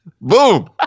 Boom